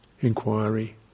Inquiry